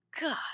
God